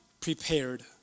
prepared